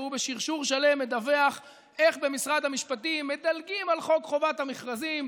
והוא בשרשור שלם מדווח איך במשרד המשפטים מדלגים על חוק חובת המכרזים,